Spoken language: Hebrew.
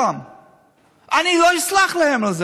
אתם מסיתים.